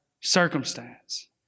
circumstance